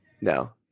No